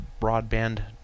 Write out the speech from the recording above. broadband